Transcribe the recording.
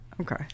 Okay